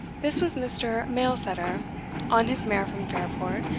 this was mr. mailsetter on his mare from fairport,